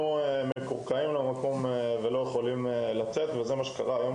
אנחנו מקורקעים למקום ולא יכולים לצאת ממנו וזה מה שקרה גם היום,